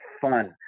fun